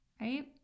right